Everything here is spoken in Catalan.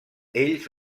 ells